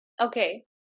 Okay